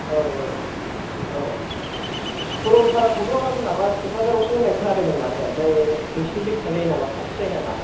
औ औ औ सर'लपाराखौथ' माबा क'क्राझारावसो होन्नाय खोनादोंमोन माथो ओमफ्राय नोंसिनिजों थांजायो नामा खाथि जायो नामा